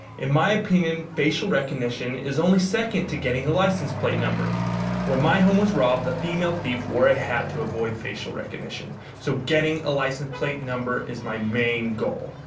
in my opinion facial recognition is only second to getting the license plate. when my home was robbed the female thief wore a hat to avoid facial recognition. so getting a license plate number is my main goal.